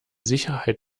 sicherheit